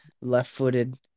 left-footed